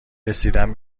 رسیدن